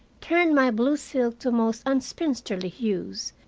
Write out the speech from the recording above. turned my blue silk to most unspinsterly hues,